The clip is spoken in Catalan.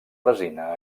resina